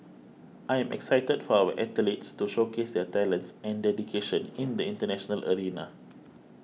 I am excited for our athletes to showcase their talents and dedication in the international arena